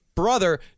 brother